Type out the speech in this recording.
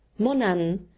Monan